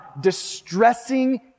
distressing